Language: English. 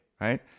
right